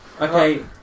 Okay